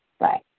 right